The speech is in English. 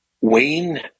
Wayne